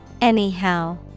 Anyhow